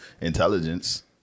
intelligence